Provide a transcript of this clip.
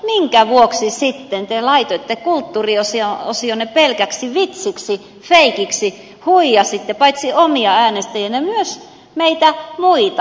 minkä vuoksi sitten te laitoitte kulttuuriosionne pelkäksi vitsiksi feikiksi huijasitte paitsi omia äänestäjiänne myös meitä muita